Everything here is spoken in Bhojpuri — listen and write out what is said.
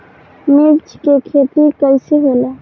मिर्च के खेती कईसे होला?